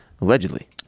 Allegedly